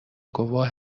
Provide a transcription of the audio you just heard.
گواه